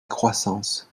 croissance